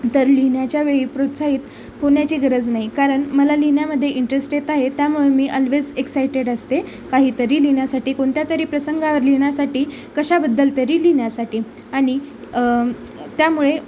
तर लिहिण्याच्या वेळी प्रोत्साहित होण्याची गरज नाही कारण मला लिहिण्यामध्ये इंटरेस्ट येत आहे त्यामुळे मी अल्वेज एक्सायटेड असते काही तरी लिहिण्यासाठी कोणत्यातरी प्रसंगावर लिहिण्यासाठी कशाबद्दल तरी लिहिण्यासाठी आणि त्यामुळे